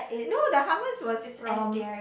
no the hummus was from